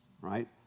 right